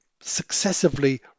successively